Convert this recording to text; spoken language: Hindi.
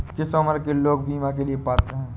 किस उम्र के लोग बीमा के लिए पात्र हैं?